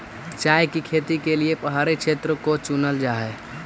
चाय की खेती के लिए पहाड़ी क्षेत्रों को चुनल जा हई